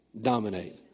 dominate